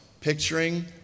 picturing